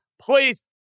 please